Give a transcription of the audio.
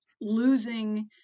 losing